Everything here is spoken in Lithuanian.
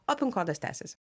o pin kodas tęsiasi